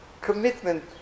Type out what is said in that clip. commitment